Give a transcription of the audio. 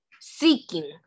seeking